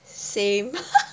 same